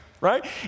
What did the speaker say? right